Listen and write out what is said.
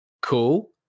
cool